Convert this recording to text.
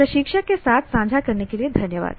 प्रशिक्षक के साथ साझा करने के लिए धन्यवाद